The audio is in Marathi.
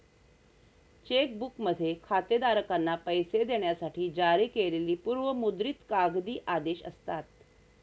चेक बुकमध्ये खातेधारकांना पैसे देण्यासाठी जारी केलेली पूर्व मुद्रित कागदी आदेश असतात